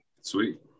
Sweet